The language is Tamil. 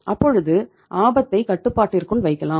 அப்பொழுது ஆபத்தை கட்டுப்பாட்டிற்குள் வைக்கலாம்